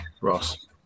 Ross